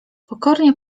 pokornie